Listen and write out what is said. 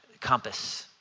compass